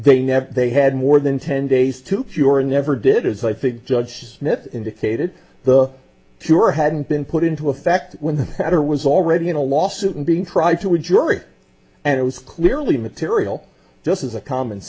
they never they had more than ten days to cure and never did as i think judge smith indicated the cure had been put into effect when the matter was already in a lawsuit and being tried to a jury and it was clearly material just as a common